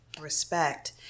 respect